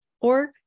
org